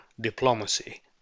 diplomacy